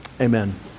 amen